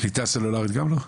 קליטה סלולרית גם לא?